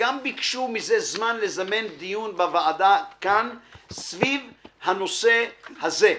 וביקשו מזה זמן לזמן דיון בוועדה על הנושא הזה,